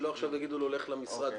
שלא יגידו לו לך למשרד וטפל.